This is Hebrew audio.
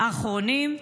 האחרונים,